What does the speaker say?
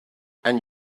and